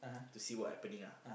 to see what happening ah